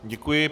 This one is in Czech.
Děkuji.